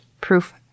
Proof